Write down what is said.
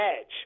edge